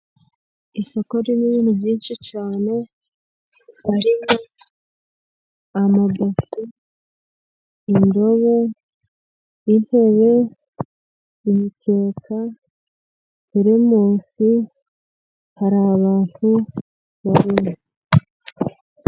Isoko ririmo ibintu byinshi cyane amabase, indobo, intebe, imikeka, teremusi. Hari abantu babiri.